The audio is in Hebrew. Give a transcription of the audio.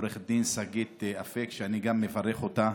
עו"ד שגית אפיק, שאני מברך גם אותה